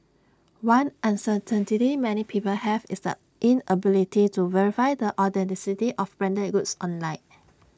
one uncertainty many people have is the inability to verify the authenticity of branded goods online